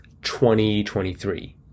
2023